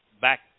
back